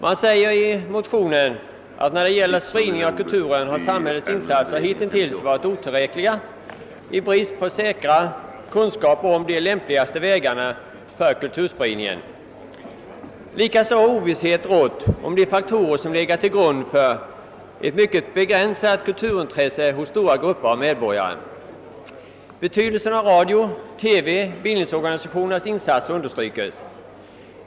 Man säger i motionen att när det gäller spridning av kulturen har samhällets insatser hitintills varit otillräckliga i brist på säkra kunskaper om de lämpligaste vägarna för kulturspridningen. Likaså har ovisshet rått om de faktorer som legat till grund för att kulturintresset hos stora grupper av medborgare är mycket begränsat. Betydelsen av radio och TV samt bildningsorganisationernas insatser understrykes.